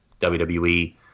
WWE